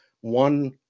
one